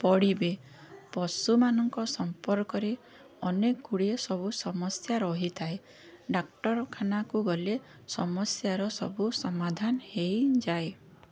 ପଡ଼ିବେ ପଶୁମାନଙ୍କ ସମ୍ପର୍କରେ ଅନେକଗୁଡ଼ିଏ ସବୁ ସମସ୍ୟା ରହିଥାଏ ଡ଼ାକ୍ତରଖାନାକୁ ଗଲେ ସମସ୍ୟାର ସବୁ ସମାଧାନ ହୋଇଯାଏ